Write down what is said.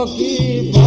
ah the